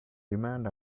demand